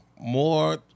more